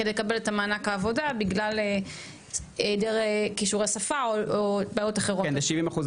כדי לקבל את המענק העבודה בגלל היעדר כישורי שפה או בעיות אחרות.